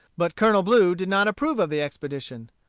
but colonel blue did not approve of the expedition.